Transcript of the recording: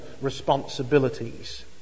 responsibilities